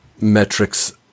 metrics